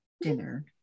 dinner